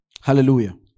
Hallelujah